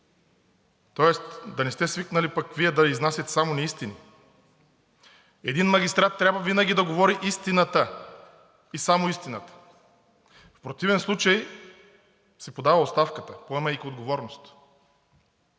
тоест да не сте свикнали пък Вие да изнасяте само неистини? Един магистрат трябва винаги да говори истината и само истината, в противен случай си подава оставката, поемайки отговорност.